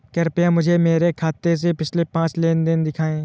कृपया मुझे मेरे खाते से पिछले पांच लेन देन दिखाएं